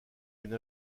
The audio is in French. une